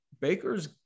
Baker's